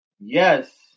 Yes